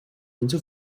into